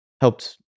helped